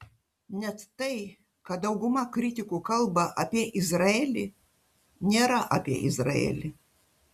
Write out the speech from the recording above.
net tai ką dauguma kritikų kalba apie izraelį nėra apie izraelį